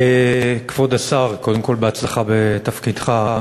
כבוד השר, קודם כול בהצלחה בתפקידך.